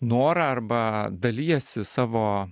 norą arba dalijasi savo